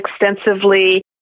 extensively